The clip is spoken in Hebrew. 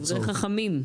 דברי חכמים.